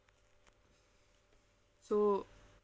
so